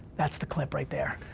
that's the clip right there.